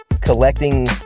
collecting